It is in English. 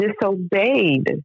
disobeyed